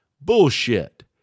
Bullshit